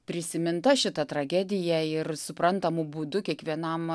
prisiminta šita tragedija ir suprantamu būdu kiekvienam